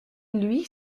lui